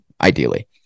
Ideally